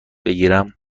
بگیرم